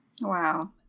Wow